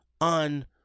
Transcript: on